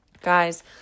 guys